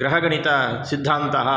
ग्रहगणितसिद्धान्तः